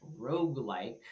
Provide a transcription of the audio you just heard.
roguelike